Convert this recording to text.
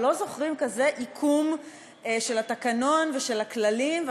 ולא זוכרים כזה עיקום של התקנון ושל הכללים,